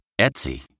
Etsy